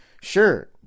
sure